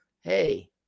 Hey